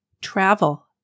Travel